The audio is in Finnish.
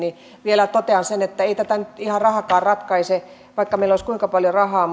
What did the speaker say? ja vielä totean sen että ei tätä nyt ihan rahakaan ratkaise vaikka meillä olisi kuinka paljon rahaa